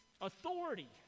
authority